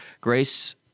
Grace